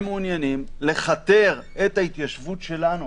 הם מעוניינים לכתר את ההתיישבות שלנו